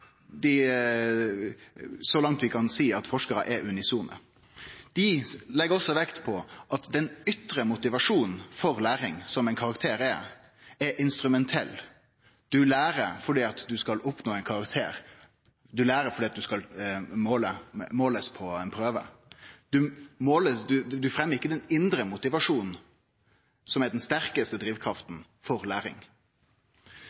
unisone. Dei legg også vekt på at den ytre motivasjonen for læring, som ein karakter er, er instrumentell – du lærer fordi du skal oppnå ein karakter, du lærer fordi du skal bli målt på ein prøve. Du fremjar ikkje den indre motivasjonen, som er den sterkaste drivkrafta